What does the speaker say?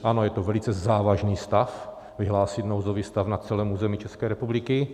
Ano, je to velice závažný stav, vyhlásit nouzový stav na celém území České republiky.